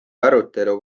arutelu